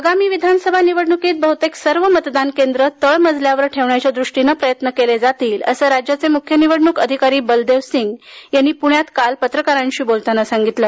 आगामी विधानसभा निवडणुकीत बहुतेक सर्व मतदान केंद्रं तळमजल्यावर ठेवण्याच्या द्रष्टीनं प्रयत्न केले जातील असं राज्याचे मुख्य निवडण्क अधिकारी बलदेव सिंग यांनी पुण्यात काल पत्रकारांशी बोलताना सांगितलं